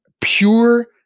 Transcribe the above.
pure